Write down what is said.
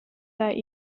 that